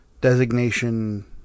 Designation